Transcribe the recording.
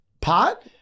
pot